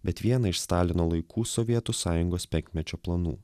bet vieną iš stalino laikų sovietų sąjungos penkmečio planų